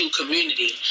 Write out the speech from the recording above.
community